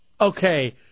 Okay